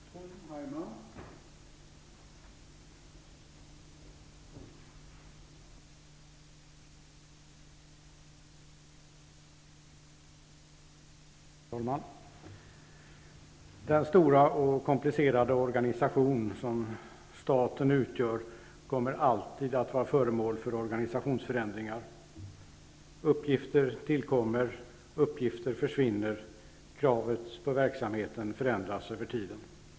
Herr talman! Den stora och komplicerade organisation som staten utgör kommer alltid att vara föremål för organisationsförändringar. Uppgifter tillkommer och uppgifter försvinner. Kravet på verksamheten förändras över tiden.